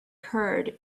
curd